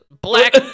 black